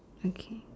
okay